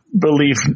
belief